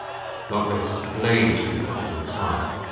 lot less blades we could put into its hide.